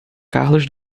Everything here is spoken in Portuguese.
carlos